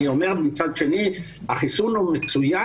מצד שני אני אומר שהחיסון הוא מצוין,